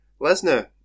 Lesnar